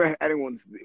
anyone's